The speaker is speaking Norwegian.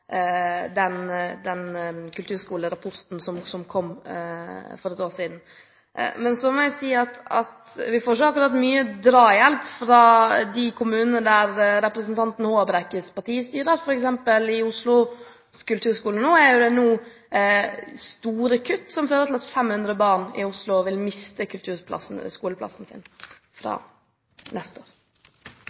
kulturskolerapporten som kom for et år siden. Men så må jeg si at vi ikke akkurat får mye drahjelp fra de kommunene der representanten Håbrekkes parti styrer, f.eks. i Oslos kulturskole er det nå store kutt som fører til at 500 barn i Oslo vil miste kulturskoleplassen sin fra neste år.